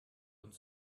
und